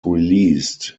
released